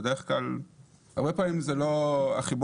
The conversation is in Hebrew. בדרך כלל החיבור הזה לא מובן.